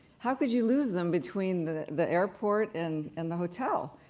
how could you lose them between the the airport and and the hotel?